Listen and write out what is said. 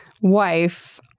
wife